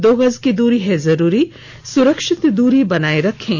दो गज की दूरी है जरूरी सुरक्षित दूरी बनाए रखें